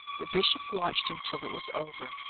the bishop watched him till it was over.